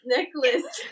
Necklace